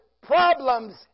problems